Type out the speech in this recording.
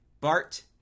Bart